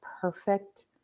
perfect